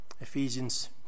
Ephesians